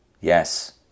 Yes